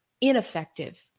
ineffective